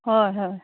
হয় হয়